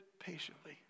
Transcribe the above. patiently